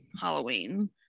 Halloween